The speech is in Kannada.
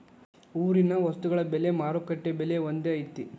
ಊರಿನ ವಸ್ತುಗಳ ಬೆಲೆ ಮಾರುಕಟ್ಟೆ ಬೆಲೆ ಒಂದ್ ಐತಿ?